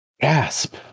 Gasp